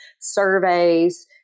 surveys